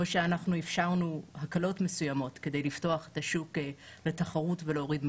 או שאפשרנו הקלות מסוימות כדי לפתוח את השוק לתחרות ולהוריד מחירים?